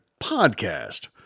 podcast